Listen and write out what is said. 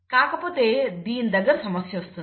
కాకపోతే దీని దగ్గర సమస్య వస్తుంది